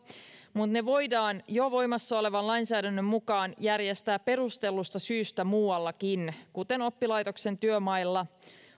mutta ne voidaan jo voimassa olevan lainsäädännön mukaan järjestää perustellusta syystä muuallakin kuten oppilaitoksen työmailla